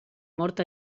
mort